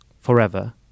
forever